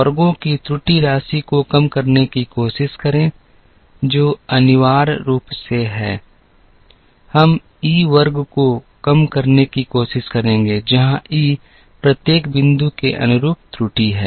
वर्गों की त्रुटि राशि को कम करने की कोशिश करें जो अनिवार्य रूप से है हम ई वर्ग को कम करने की कोशिश करेंगे जहां ई प्रत्येक बिंदु के अनुरूप त्रुटि है